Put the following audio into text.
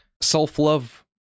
self-love